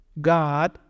God